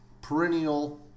perennial